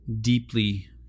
deeply